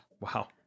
Wow